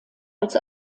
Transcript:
als